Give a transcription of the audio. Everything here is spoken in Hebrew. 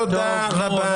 תודה רבה.